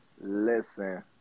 listen